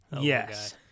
Yes